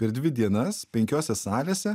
per dvi dienas penkiose salėse